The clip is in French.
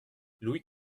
louis